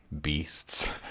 beasts